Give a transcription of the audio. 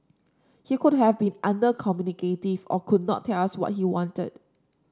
he could have been uncommunicative or could not tell us what he wanted